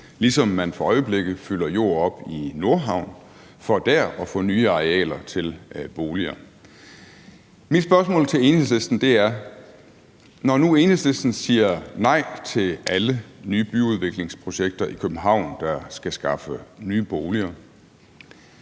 ligesom man for øjeblikket fylder jord op i Nordhavn for dér at få nye arealer til boliger. Mit spørgsmål til Enhedslisten er: Når nu Enhedslisten siger nej til alle nye byudviklingsprojekter i København, der skal skaffe nye boliger,